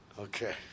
Okay